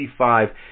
55